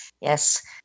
Yes